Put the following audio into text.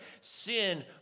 Sin